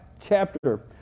chapter